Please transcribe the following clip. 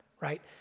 right